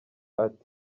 ati